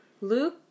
Luke